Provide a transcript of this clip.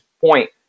point